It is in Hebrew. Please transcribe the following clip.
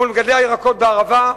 מול מגדלי הירקות בערבה?